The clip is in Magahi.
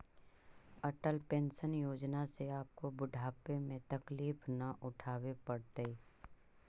अटल पेंशन योजना से आपको बुढ़ापे में तकलीफ न उठावे पड़तई